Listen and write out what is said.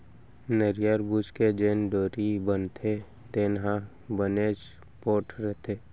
नरियर बूच के जेन डोरी बनथे तेन ह बनेच पोठ रथे